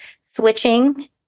switching